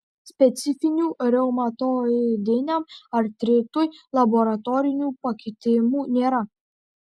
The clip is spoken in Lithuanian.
specifinių reumatoidiniam artritui laboratorinių pakitimų nėra